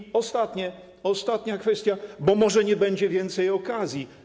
I ostatnia kwestia, bo może nie będzie więcej okazji.